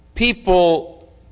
people